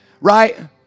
right